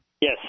Yes